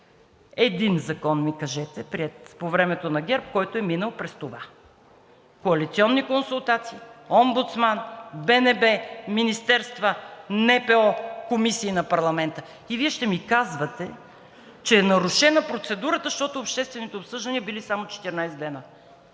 Един закон ми кажете, приет по времето на ГЕРБ, който е минал през това – коалиционни консултации, омбудсман, БНБ, министерства, НПО, комисиите на парламента? И Вие ще ми казвате, че е нарушена процедурата, защото обществените обсъждания били само 14 дни.